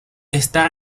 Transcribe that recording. está